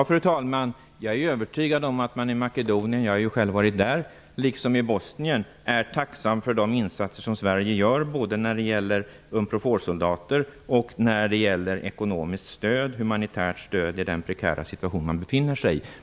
Fru talman! Jag är övertygad om att man i Makedonien -- jag har själv varit där -- liksom i Bosnien är tacksam för de insatser som Sverige gör både när det gäller Unprofor-soldater och när det gäller ekonomiskt och humanitärt stöd i den prekära situation som man befinner sig i.